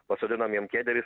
pasodinam jam kėdę ir jis